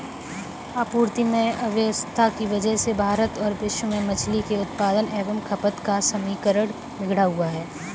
आपूर्ति में अव्यवस्था की वजह से भारत और विश्व में मछली के उत्पादन एवं खपत का समीकरण बिगड़ा हुआ है